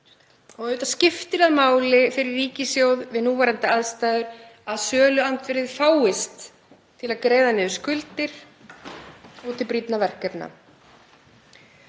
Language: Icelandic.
Auðvitað skiptir það máli fyrir ríkissjóð við núverandi aðstæður að söluandvirðið fáist til að greiða niður skuldir og verja til brýnna verkefna.